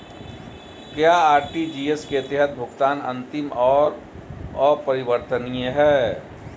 क्या आर.टी.जी.एस के तहत भुगतान अंतिम और अपरिवर्तनीय है?